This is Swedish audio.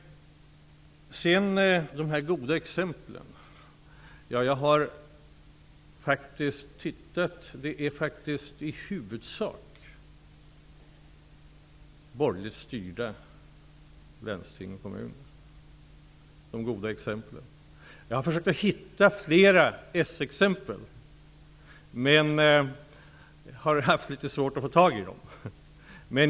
De goda exemplen utgörs faktiskt i huvudsak av borgerligt styrda landsting och kommuner. Jag har försökt hitta flera s-exempel men har haft litet svårt att få tag i dem.